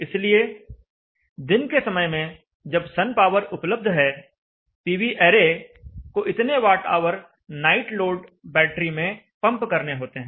इसलिए दिन के समय में जब सन पावर उपलब्ध है पीवी ऐरे को इतने watt hour night load battery में पंप करने होते हैं